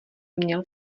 měl